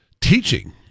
teaching